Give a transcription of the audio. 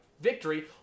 victory